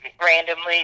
Randomly